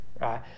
Right